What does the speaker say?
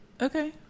Okay